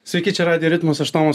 sveiki čia radio ritmas aš tomas